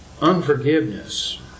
Unforgiveness